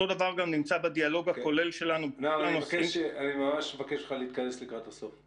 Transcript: נעם, אני ממש מבקש ממך להתכנס לקראת הסוף.